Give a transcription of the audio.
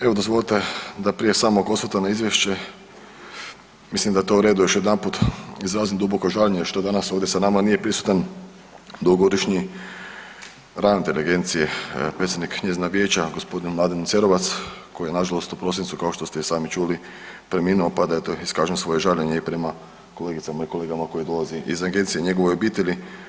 Evo dozvolite da prije samog osvrta na izvješće mislim da je to uredu još jedanput, izrazim duboko žaljenje što danas ovdje sa nama nije prisutan dugogodišnji ravnatelj agencije predsjednik njezina vijeće g. Mladen Cerovac koji je nažalost u prosincu kao što ste i sami čuli preminuo, pa da eto iskažem svoje žaljenje i prema kolegicama i kolegama koje dolaze iz agencije i njegovoj obitelji.